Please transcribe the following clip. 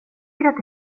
att